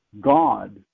God